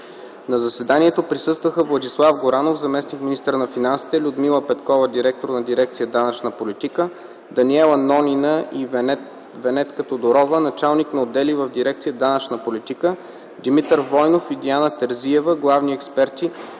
На заседанието присъстваха Владислав Горанов – заместник-министър на финансите, Людмила Петкова – директор на дирекция „Данъчна политика”, Даниела Нонина и Венетка Тодорова – началник на отдели в дирекция „Данъчна политика”, Димитър Войнов и Диана Терзиева – главни експерти